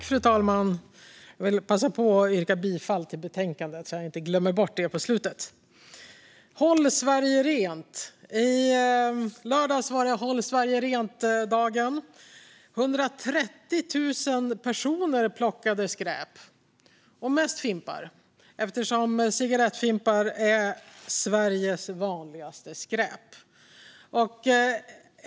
Fru talman! Jag vill passa på att yrka bifall till utskottets förslag i betänkandet så att jag inte glömmer bort det på slutet. I lördags var det Håll Sverige Rent-dagen. Det var 130 000 personer som plockade skräp. Det var mest fimpar, eftersom cigarettfimpar är Sveriges vanligaste skräp.